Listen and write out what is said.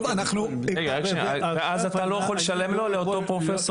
אז אתה לא יכול לשלם לו, לאותו פרופסור?